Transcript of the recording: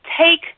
take